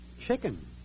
Chicken